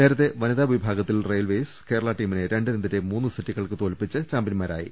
നേരത്തെ വനിതാ വിഭാഗത്തിൽ റെയിൽവെയ്സ് കേരളാ ടീമിനെ രണ്ടിനെതിരെ മൂന്ന് സെറ്റൂകൾക്ക് തോൽപ്പിച്ച് ചാമ്പൃൻമാരായി